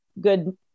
good